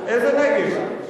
איזה נגב?